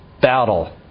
battle